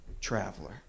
traveler